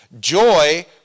Joy